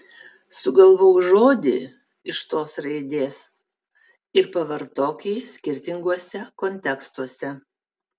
sugalvok žodį iš tos raidės ir pavartok jį skirtinguose kontekstuose